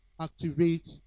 activate